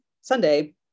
Sunday